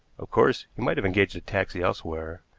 of course, he might have engaged a taxi elsewhere,